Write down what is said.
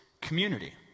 community